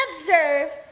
observe